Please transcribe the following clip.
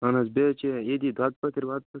اہن حط بیٚیہِ حظ چھِ ییٚتی دۄدھ پتھٕرۍ وۄدھ پٔتھٕرۍ